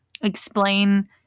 explain